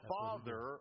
Father